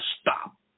stop